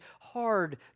hard